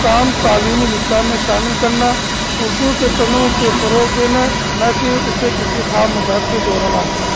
کام تعلیمی نصہ میں شامل کرنا اردو کے تنوع کے فروغ دینا نہ کہ اسے کسی خواب مذہب سے جوڑنا